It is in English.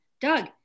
Doug